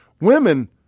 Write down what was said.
Women